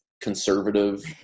conservative